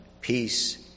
Peace